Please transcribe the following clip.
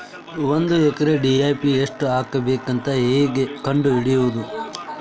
ಒಂದು ಎಕರೆಗೆ ಡಿ.ಎ.ಪಿ ಎಷ್ಟು ಹಾಕಬೇಕಂತ ಹೆಂಗೆ ಕಂಡು ಹಿಡಿಯುವುದು?